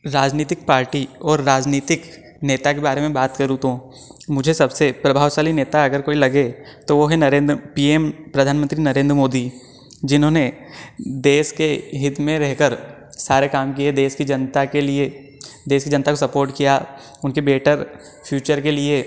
राजनीतिक पार्टी और राजनीतिक नेता के बारे में बात करूँ तो मुझे सबसे प्रभावशाली नेता अगर कोई लगे तो वो हैं नरेंद्र पी एम प्रधान मंत्री नरेंद्र मोदी जिन्होंने देश के हित में रह कर सारे काम किए देश की जनता के लिए देश की जनता को सपोर्ट किया उनके बेटर फ़्यूचर के लिए